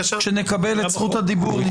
כשנקבל את זכות הדיבור, נתייחס לפרשנות.